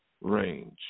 range